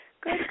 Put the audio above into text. good